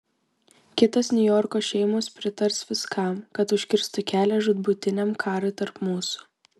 kitos niujorko šeimos pritars viskam kad užkirstų kelią žūtbūtiniam karui tarp mūsų